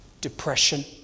depression